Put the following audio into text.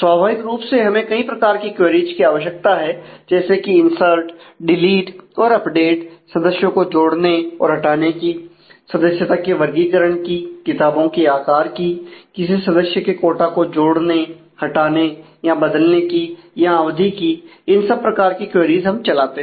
स्वाभाविक रूप से हमें कई प्रकार की क्वेरीज की आवश्यकता है जैसे कि इनसर्ट डिलीट और अपडेट सदस्यों को जोड़ने और हटाने की सदस्यता के वर्गीकरण की किताबों के आकार की किसी सदस्य के कोटा को जोड़ने हटाने या बदलने की या अवधि की इन सब प्रकार की क्वेरीज हम चलाते हैं